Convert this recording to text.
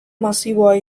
masiboa